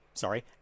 Sorry